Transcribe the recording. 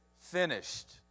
finished